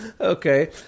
Okay